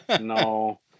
No